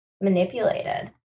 manipulated